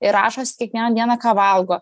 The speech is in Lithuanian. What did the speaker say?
ir rašosi kiekvieną dieną ką valgo